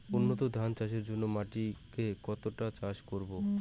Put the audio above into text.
উন্নত ধান চাষের জন্য মাটিকে কতটা চাষ করব?